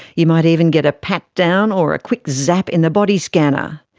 you might even get a pat down or a quick zap in the body scanner.